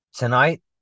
Tonight